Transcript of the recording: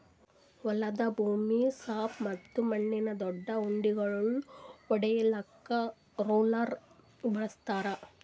ಹೊಲದ ಭೂಮಿ ಸಾಪ್ ಮತ್ತ ಮಣ್ಣಿನ ದೊಡ್ಡು ಉಂಡಿಗೋಳು ಒಡಿಲಾಕ್ ರೋಲರ್ ಬಳಸ್ತಾರ್